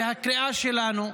והקריאה שלנו,